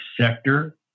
sector